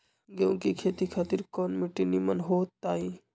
गेंहू की खेती खातिर कौन मिट्टी निमन हो ताई?